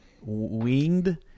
winged